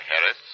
Harris